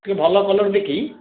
ଟିକେ ଭଲ କଲର ଦେଖି